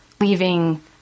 leaving